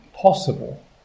possible